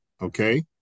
Okay